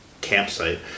campsite